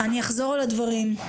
אני אחזור על הדברים.